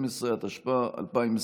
מכאן אנחנו עוברים לנושא הבא על סדר-היום,